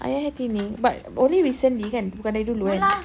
ayah have thinning but only recently kan bukan dari dulu kan